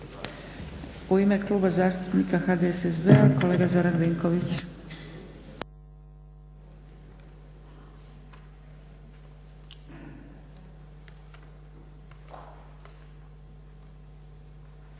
U ime Kluba zastupnika HDSSB-a kolega Zoran Vinković.